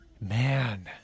Man